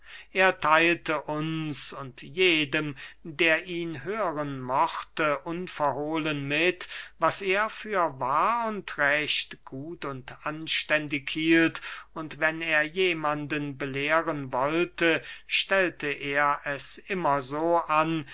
er theilte uns und jedem der ihn hören mochte unverhohlen mit was er für wahr und recht gut und anständig hielt und wenn er jemanden belehren wollte stellte er es immer so an